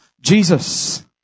Jesus